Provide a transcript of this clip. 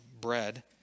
bread